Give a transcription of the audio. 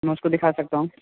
मैं उसको दिखा सकता हूँ